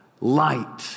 light